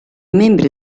membri